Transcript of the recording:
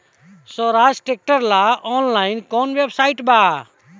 सोहराज tractor ला online कोउन website बा?